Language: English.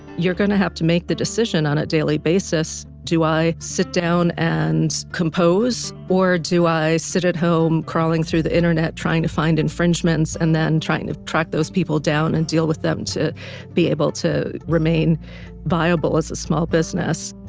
you're going to have to make the decision on a daily basis, do i sit down and compose or do i sit at home crawling through the internet trying to find infringements, and then trying to track those people down and deal with them to be able to remain viable as a small business.